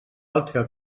altre